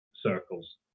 circles